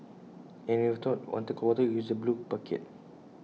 and if you wanted cold water you use the blue bucket